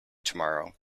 tomorrow